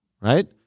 right